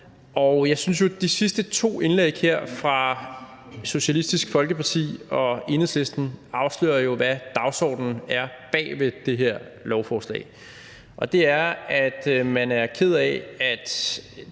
Jeg synes jo, de sidste to indlæg her fra Socialistisk Folkeparti og Enhedslisten afslører, hvad dagsordenen er bag ved det her lovforslag. Det er, at man er ked af, at